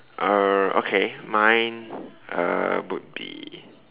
err okay mine err would be